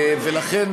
ולכן,